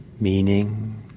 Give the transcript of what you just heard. meaning